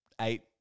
Eight